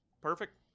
Perfect